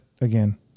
again